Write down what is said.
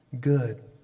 good